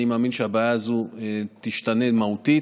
אני מאמין שהבעיה הזאת תשתנה מהותית.